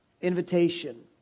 invitation